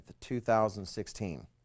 2016